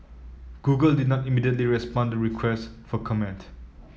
Google did not immediately respond to requests for comment